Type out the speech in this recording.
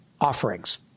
offerings